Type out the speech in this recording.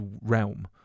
realm